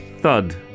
Thud